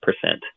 percent